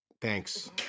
Thanks